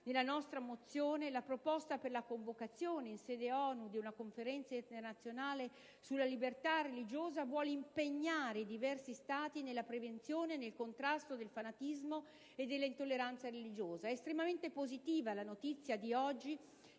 Nella nostra mozione, la proposta per la convocazione, in sede ONU, di una conferenza internazionale sulla libertà religiosa vuole impegnare i diversi Stati nella prevenzione e nel contrasto del fanatismo e dell'intolleranza religiosa. È estremamente positiva la notizia di oggi